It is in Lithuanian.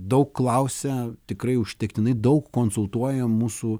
daug klausia tikrai užtektinai daug konsultuoja mūsų